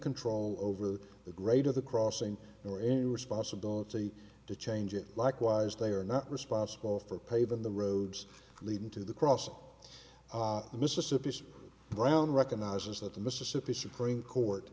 control over the grade of the crossing nor any responsibility to change it likewise they are not responsible for pave in the roads leading to the cross on the mississippi brown recognises that the mississippi supreme court